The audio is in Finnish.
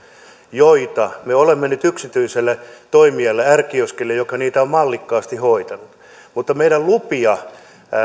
joita me olemme antaneet nyt yksityiselle toimijalle r kioski on niitä mallikkaasti hoitanut mutta meidän lupia